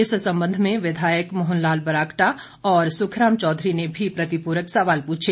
इस संबंध में विधायक मोहन लाल ब्राकटा और सुखराम चौधरी ने भी प्रतिपूरक सवाल पूछे